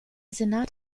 senat